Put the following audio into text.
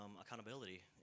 accountability